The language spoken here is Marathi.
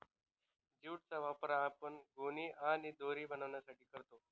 ज्यूट चा वापर आपण गोणी आणि दोरी बनवण्यासाठी करतो